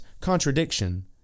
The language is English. contradiction